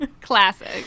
classic